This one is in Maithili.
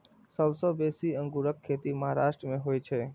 सबसं बेसी अंगूरक खेती महाराष्ट्र मे होइ छै